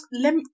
let